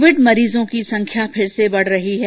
Covid मरीजों की संख्या फिर से बढ़ रही है